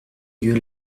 dieu